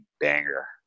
banger